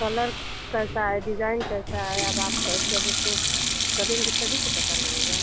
colour कैसा है design कैसा है अब आप जब उसको करेंगी तभी तो पता लगेगा